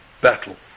battle